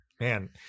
Man